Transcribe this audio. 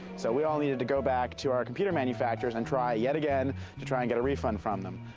so we all needed to go back to our computer manufacturers and try yet again to try and get refund from them.